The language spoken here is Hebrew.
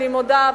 אני מודה,